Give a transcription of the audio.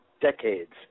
decades